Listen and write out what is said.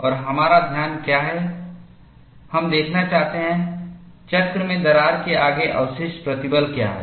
और हमारा ध्यान क्या है हम देखना चाहते हैं चक्र में दरार के आगे अवशिष्ट प्रतिबल क्या है